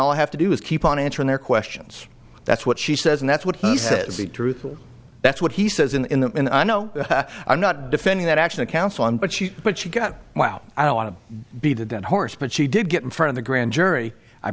i'll have to do is keep on answering their questions that's what she says and that's what he says the truth that's what he says in the end i know i'm not defending that action of counsel on but she but she got well i don't want to beat a dead horse but she did get in front of the grand jury i